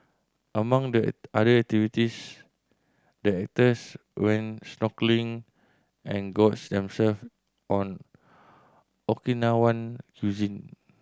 among the other activities the actors went snorkelling and gorged them self on Okinawan cuisine